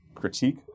critique